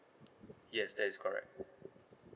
yes that is correct